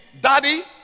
Daddy